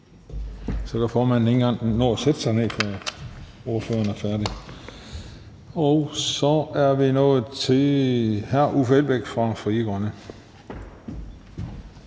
Så kan formanden ikke engang nå at sætte sig ned, før ordføreren er færdig. Og så er vi nået til hr. Uffe Elbæk fra Frie Grønne.